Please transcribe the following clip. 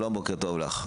שלום, בוקר טוב לך.